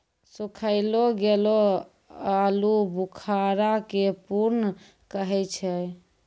सुखैलो गेलो आलूबुखारा के प्रून कहै छै